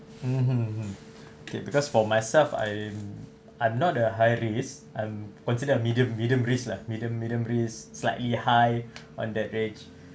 mmhmm hmm okay because for myself I am I'm not a high risk I'm considered a medium medium risk lah medium medium risk slightly high on that range